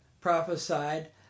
prophesied